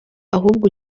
ahubwo